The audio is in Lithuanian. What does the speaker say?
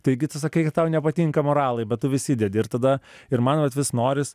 taigi tu sakai kad tau nepatinka moralai bet tu vis įdedi ir tada ir man vat vis noris